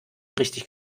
richtig